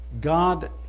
God